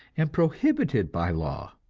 and prohibited by law